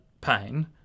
pain